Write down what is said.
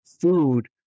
food